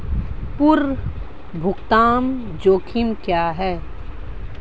पूर्व भुगतान जोखिम क्या हैं?